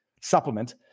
supplement